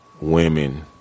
women